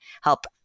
help